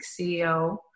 CEO